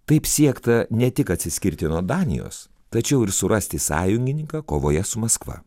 taip siekta ne tik atsiskirti nuo danijos tačiau ir surasti sąjungininką kovoje su maskva